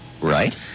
right